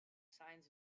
signs